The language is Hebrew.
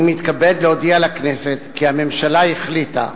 אני מתכבד להודיע לכנסת כי הממשלה החליטה,